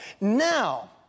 Now